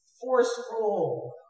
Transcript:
forceful